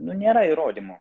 nu nėra įrodymų